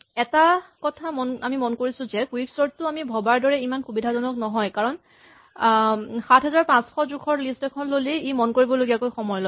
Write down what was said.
এটা কথা আমি মন কৰিছো যে কুইকচৰ্ট টো আমি ভৱাৰ দৰে ইমান সুবিধাজনক নহয় কাৰণ ৭৫০০ জোখৰ লিষ্ট এখন ল'লেই ই মন কৰিবলগীয়াকৈ সময় লগায়